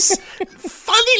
funny